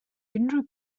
unrhyw